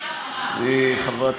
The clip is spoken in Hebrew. חברת